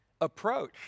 approach